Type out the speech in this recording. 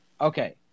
Okay